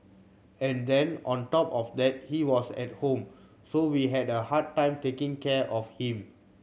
and then on top of that he was at home so we had a hard time taking care of him